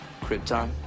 Krypton